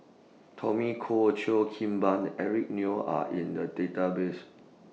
Tommy Koh Cheo Kim Ban Eric Neo Are in The Database